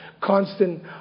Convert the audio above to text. constant